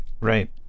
Right